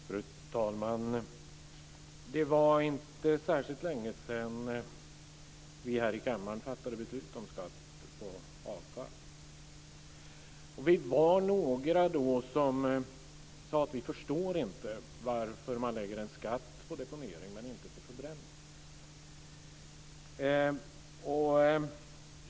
Fru talman! Det var inte särskilt längesedan som vi här i kammaren fattade beslut om skatten på avfall. Vi var några då som sade att vi inte förstod varför man lade en skatt på deponering men inte på förbränning.